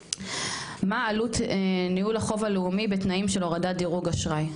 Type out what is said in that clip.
מה עלות ניהול החוב הלאומי בתנאים של הורדת דירוג אשראי?